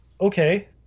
Okay